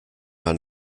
mal